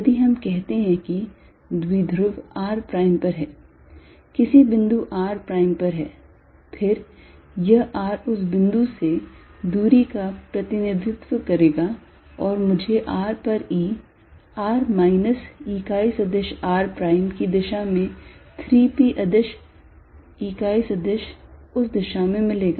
यदि हम कहते हैं कि द्विध्रुव r prime पर है किसी बिंदु r prime पर है फिर यह r उस बिंदु से दूरी का प्रतिनिधित्व करेगा और मुझे r पर E r माइनस इकाई सदिश r prime की दिशा में 3 p अदिश इकाई सदिश उस दिशा में मिलेगा